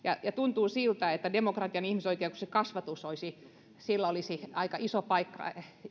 tuntuu siltä että demokratiassa ja ihmisoikeuksissa kasvatuksella olisi aika iso paikka